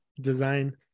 design